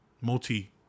multi